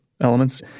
elements